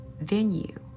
venue